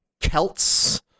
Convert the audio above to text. Celts